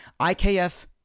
IKF